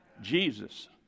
Jesus